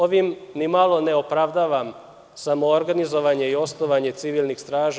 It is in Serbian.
Ovim ni malo ne opravdavam samoorganizovanje i osnovanje civilnih straža.